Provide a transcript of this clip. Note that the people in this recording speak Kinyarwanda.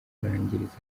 kurangiriza